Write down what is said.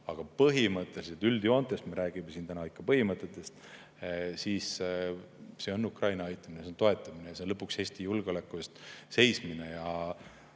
Aga põhimõtteliselt, üldjoontes – me räägime siis täna ikka põhimõtetest – see on Ukraina aitamine, see on toetamine ja see on lõpuks Eesti julgeoleku eest seismine. Ma